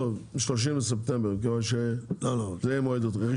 30 בספטמבר כיוון שזה יהיה מועד התחילה.